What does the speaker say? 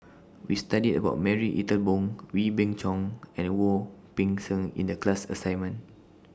We studied about Marie Ethel Bong Wee Beng Chong and Wu Peng Seng in The class assignment